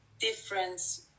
difference